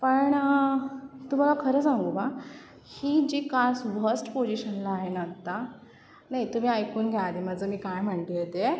पण तुम्हाला खरं सांगू का ही जी वस्ट पोजिशनला आहे ना आता नाही तुम्ही ऐकून घ्या आधी माझं मी काय म्हणते आहे ते